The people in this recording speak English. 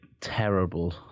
terrible